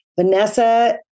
Vanessa